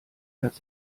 herz